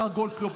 השר גולדקנופ,